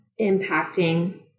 impacting